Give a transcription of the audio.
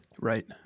Right